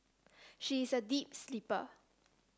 she is a deep sleeper